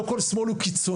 לא כל שמאל הוא קיצוני,